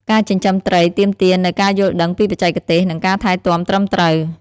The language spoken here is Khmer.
ការចិញ្ចឹមត្រីទាមទារនូវការយល់ដឹងពីបច្ចេកទេស និងការថែទាំត្រឹមត្រូវ។